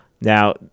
Now